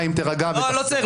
אני אצא.